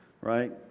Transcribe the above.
right